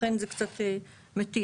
לכן זה קצת מתיש.